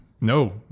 no